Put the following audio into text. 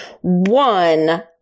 One